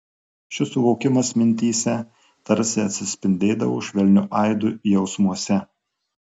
šis suvokimas mintyse tarsi atsispindėdavo švelniu aidu jausmuose